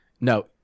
no